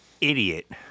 idiot